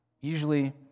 Usually